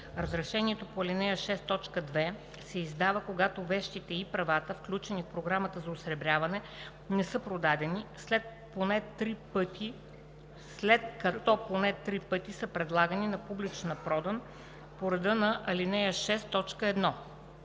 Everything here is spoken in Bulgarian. Разрешението по ал. 6, т. 2 се издава, когато вещите и правата, включени в програмата за осребряване, не са продадени, след като поне три пъти са предлагани на публична продан по реда на ал. 6, т. 1.